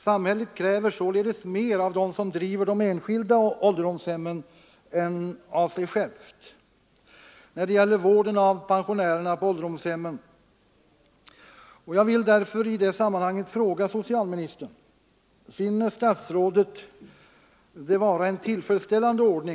Samhället kräver således mer av dem som driver de enskilda ålderdomshemmen än av sig självt när det gäller vården av pensionärerna på ålderdomshemmen.